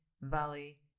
Valley